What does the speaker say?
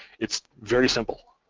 it's very simple,